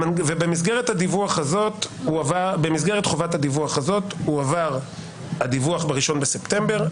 ובמסגרת חובת הדיווח הזאת הועבר הדיווח ב-1 בספטמבר.